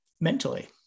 mentally